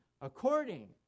According